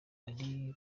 ari